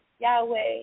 Yahweh